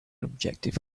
objective